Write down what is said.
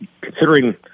considering